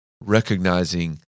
recognizing